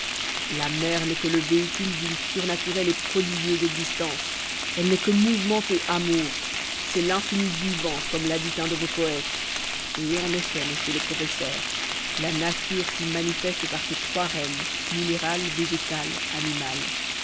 la mer n'est que le véhicule d'une surnaturelle et prodigieuse existence elle n'est que mouvement et amour c'est l'infini vivant comme l'a dit un de vos poètes et en effet monsieur le professeur la nature s'y manifeste par ses trois règnes minéral végétal animal